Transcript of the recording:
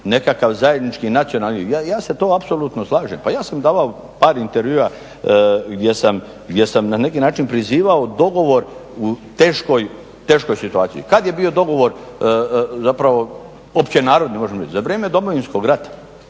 nekakav zajednički nacionalni, ja se to apsolutno slažem. Pa ja sam davao par intervjua gdje sam na neki način prizivao dogovor u teškoj situaciji. Kad je bio dogovor zapravo općenarodni možemo reći? Za vrijeme Domovinskog rata